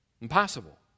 Impossible